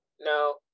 no